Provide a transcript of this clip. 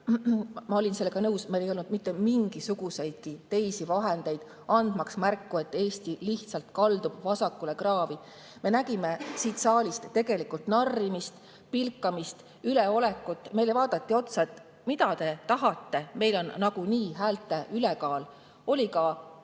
ma olin sellega nõus. Meil ei olnud mitte mingisuguseid teisi vahendeid, andmaks märku, et Eesti lihtsalt kaldub vasakule kraavi. Me nägime siit saalist tegelikult narrimist, pilkamist, üleolekut, meile vaadati otsa, et mida te tahate, meil on nagunii häälte ülekaal. Oli ka väga